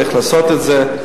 איך לעשות את זה.